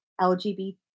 LGBT